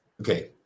Okay